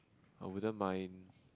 I wouldn't mind